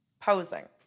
posing